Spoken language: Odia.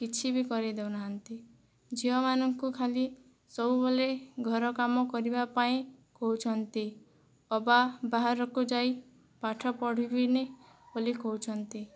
କିଛିବି କରେଇ ଦଉନାହାନ୍ତି ଝିଅମାନଙ୍କୁ ଖାଲି ସବୁବେଳେ ଘରକାମ କରିବାପାଇଁ କହୁଛନ୍ତି ଅବା ବାହାରକୁ ଯାଇ ପାଠ ପଢ଼ିବିନି ବୋଲି କହୁଛନ୍ତି